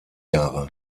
jahre